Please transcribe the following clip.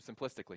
simplistically